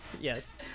Yes